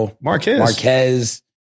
Marquez